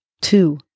two